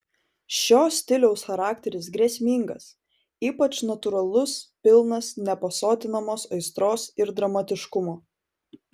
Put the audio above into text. šio stiliaus charakteris grėsmingas ypač natūralus pilnas nepasotinamos aistros ir dramatiškumo